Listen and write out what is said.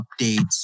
updates